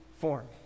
form